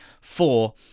four